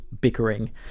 bickering